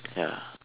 ya